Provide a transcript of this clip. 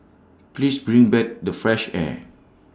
please bring back the fresh air